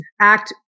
act